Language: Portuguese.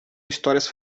histórias